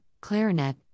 clarinet